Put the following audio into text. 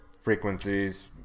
frequencies